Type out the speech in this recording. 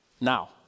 now